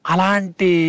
Alanti